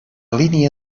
línia